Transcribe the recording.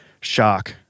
shock